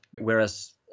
whereas